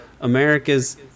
America's